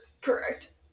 Correct